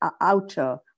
outer